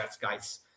guys